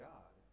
God